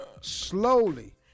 Slowly